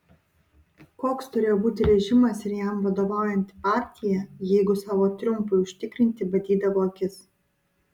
koks turėjo būti režimas ir jam vadovaujanti partija jeigu savo triumfui užtikrinti badydavo akis